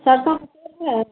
सरसों का तेल है